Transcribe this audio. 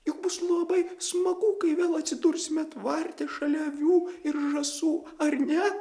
juk bus labai smagu kai vėl atsidursime tvarte šalia avių ir žąsų ar ne